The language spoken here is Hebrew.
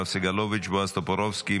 יואב סגלוביץ'; בועז טופורובסקי,